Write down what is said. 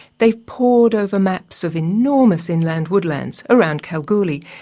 they've pored over maps of enormous inland woodlands around kalgoorlie,